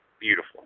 beautiful